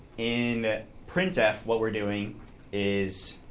in printf what we're doing is